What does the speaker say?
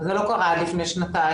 לא קרה עד לפני שנתיים,